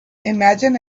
imagine